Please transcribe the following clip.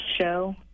show